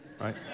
right